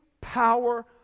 power